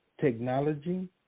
technology